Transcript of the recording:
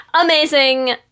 Amazing